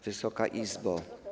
Wysoka Izbo!